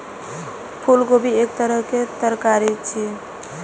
फूलगोभी एक तरहक तरकारी छियै